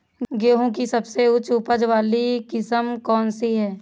गेहूँ की सबसे उच्च उपज बाली किस्म कौनसी है?